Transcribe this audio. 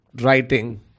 writing